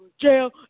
jail